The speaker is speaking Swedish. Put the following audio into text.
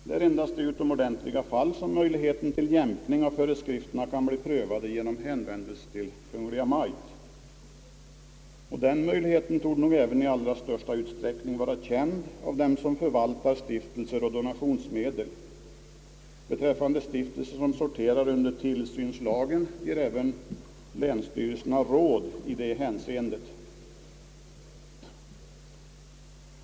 Det är endast i utomordentliga fall, som jämkning av föreskrifterna kan ske genom hänvändelse till Kungl. Maj:t, och den möjligheten torde i allra största utsträckning vara känd av dem som förvaltar stiftelser och donationsmedel. Beträffande stiftelser som sorterar under tillsynslagen ger även länsstyrelserna råd i detta hänseende.